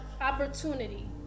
opportunity